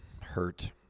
hurt